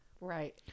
Right